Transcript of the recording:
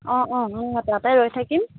অঁ অঁ অঁ তাতেই ৰৈ থাকিম